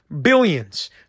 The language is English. billions